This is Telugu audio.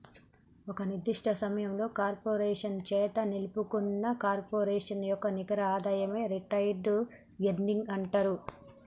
ఒక నిర్దిష్ట సమయంలో కార్పొరేషన్ చేత నిలుపుకున్న కార్పొరేషన్ యొక్క నికర ఆదాయమే రిటైన్డ్ ఎర్నింగ్స్ అంటరు